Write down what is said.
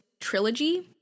trilogy